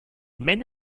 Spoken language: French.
mène